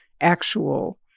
actual